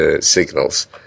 signals